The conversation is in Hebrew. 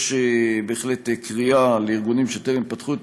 יש בהחלט קריאה לארגונים שטרם פתחו את